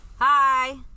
Hi